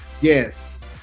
Yes